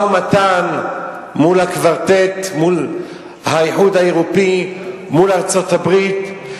הזכות ואת הבעלות שלנו על הארץ הזאת כולה.